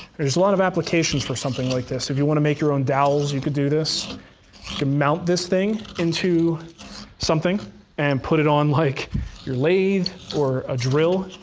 there's a lot of applications for something like this. if you want to make your own dowels, you could do this could mount this thing into something and put it on like your lathe or a drill.